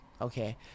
okay